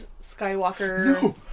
Skywalker